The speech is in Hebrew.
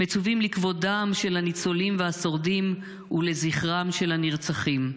מצווים על כבודם של הניצולים והשורדים ועל זכרם של הנרצחים.